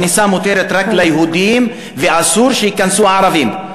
הכניסה מותרת רק ליהודים ואסור שייכנסו ערבים.